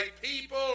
people